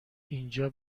اینجا